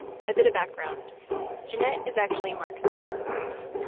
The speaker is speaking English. a bit of background jennet is actually mark's third wife.